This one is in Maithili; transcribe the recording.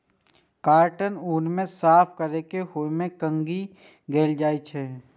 काटल ऊन कें साफ कैर के ओय मे कंघी कैल जाइ छै